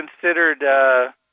considered –